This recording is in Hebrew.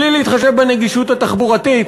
בלי להתחשב בנגישות התחבורתית.